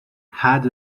had